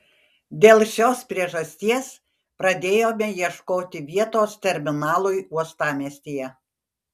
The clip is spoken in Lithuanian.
dėl šios priežasties pradėjome ieškoti vietos terminalui uostamiestyje